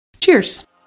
Cheers